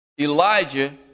Elijah